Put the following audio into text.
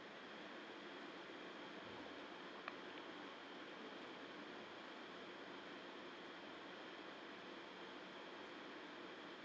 um